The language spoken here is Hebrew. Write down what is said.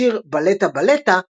השיר "Baletta Baletta"